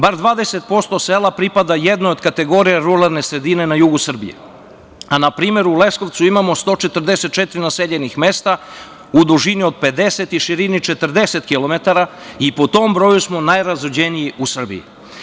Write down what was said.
Barem 20% sela pripada jednoj od kategorija ruralne sredine na jugu Srbije, a na primer, u Leskovcu imamo 144 naseljenih mesta, u dužini od 50 i širini 40 kilometara i po tom broju smo najrazuđeniji u Srbiji.